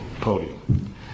podium